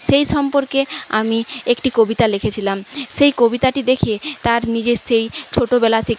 সেই সম্পর্কে আমি একটি কবিতা লিখেছিলাম সেই কবিতাটি দেখে তার নিজের সেই ছোটবেলা থেকে